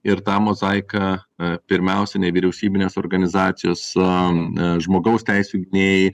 ir tą mozaiką e pirmiausia nevyriausybinės organizacijos am na žmogaus teisių gynėjai